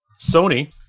Sony